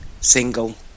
single